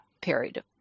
period